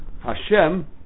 Hashem